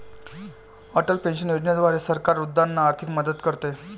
Atal pension योजनेद्वारे सरकार वृद्धांना आर्थिक मदत करते